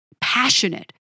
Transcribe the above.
passionate